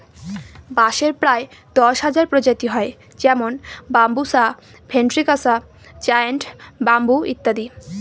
বাঁশের প্রায় দশ হাজার প্রজাতি হয় যেমন বাম্বুসা ভেন্ট্রিকসা জায়ন্ট ব্যাম্বু ইত্যাদি